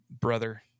brother